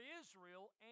Israel